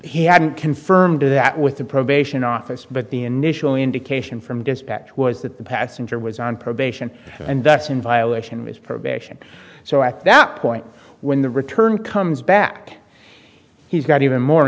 he hadn't confirmed that with the probation office but the initial indication from dispatch was that the passenger was on probation and that's in violation of his probation so at that point when the return comes back he's got even more